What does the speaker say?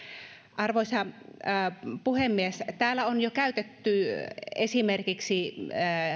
arvoisa puhemies täällä on jo käyty esimerkiksi